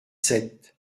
sept